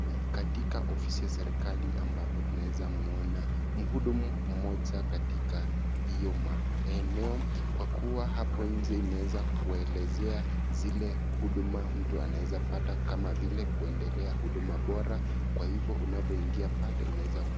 Ni katika ofisi ya serekali ambapo, tunaweza mwona mhudumu moja katika hiyo maeneo, kwa kuwa, hapo nje imeweza kuelezeana zile huduma mtu anaweza pata kama vile, kuendelea huduma bora kwa hivyo unapo ingia pale unaweza...